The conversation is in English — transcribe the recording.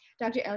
Dr